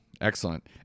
excellent